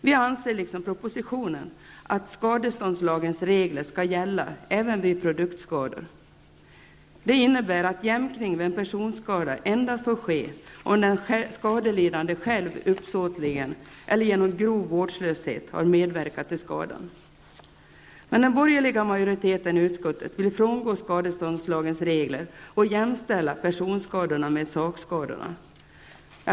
Vi anser liksom propositionen att skadeståndslagens regler skall gälla även vid produktskador. Det innebär att jämkning vid en personskada endast får ske om den skadelidande själv uppsåtligen eller genom grov vårdslöshet har medverkat till skadan. Den borgerliga majoriteten i utskottet vill frångå skadeståndslagens regler och jämställa personskador med sakskador.